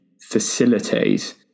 facilitate